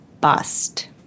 bust